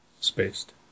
Spaced